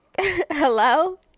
Hello